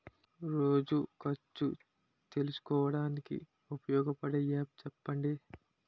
రోజు ఖర్చు తెలుసుకోవడానికి ఉపయోగపడే యాప్ చెప్పండీ?